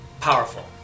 powerful